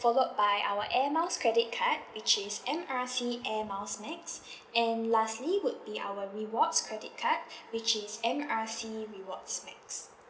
followed by our air miles credit card which is M R C air miles max and lastly would be our rewards credit cards which is M R C rewards max